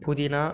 புதினா